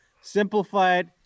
simplified